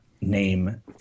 name